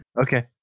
Okay